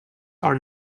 are